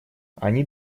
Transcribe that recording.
они